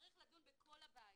צריך לדון בכל הבעיה.